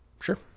Sure